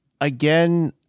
Again